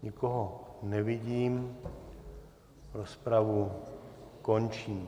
Nikoho nevidím, rozpravu končím.